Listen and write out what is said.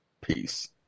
peace